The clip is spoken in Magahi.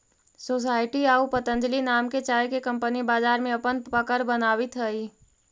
सोसायटी आउ पतंजलि नाम के चाय के कंपनी बाजार में अपन पकड़ बनावित हइ